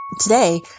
today